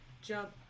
jump